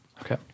Okay